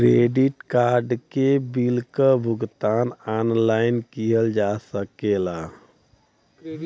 credit card के bill क भुगतान ऑनलाइन किहल जा सकला